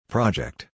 Project